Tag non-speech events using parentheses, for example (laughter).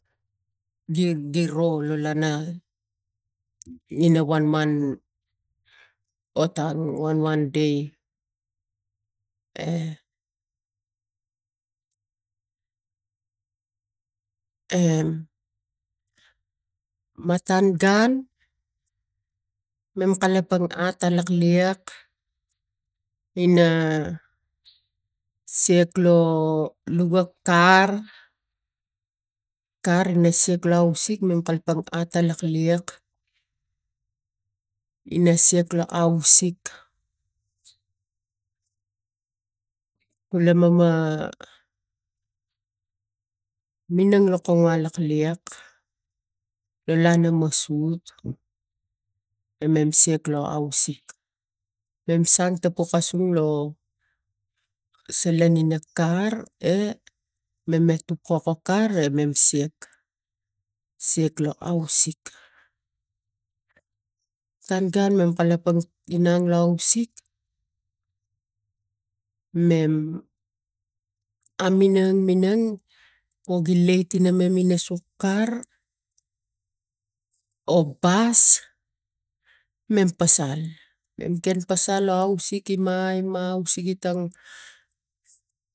Gi giro la lana ina wanwan ota lo wanwan dai (hesitation) matan gun mem kalapan ata lakiak ina siak lo luva kar- kar no siak lo ausik mem kalapang in kalapang ata lakliak ina siak lo ausik kula mam ma minang lo kowana lak liak lo lana mosut mem siak lo ausik mem sang to pokasu lo salan ta kar e me me tuko ko kar e mem siak lo ausik matan gun mam kalapang inang lo ausik mem aminang inang po gi lait ina man sok kas o bus mem pasal mem pasal lo ausik gima gima (unintelligible)